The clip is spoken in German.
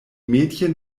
mädchen